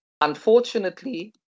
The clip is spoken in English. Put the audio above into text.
unfortunately